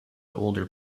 older